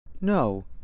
No